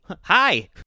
Hi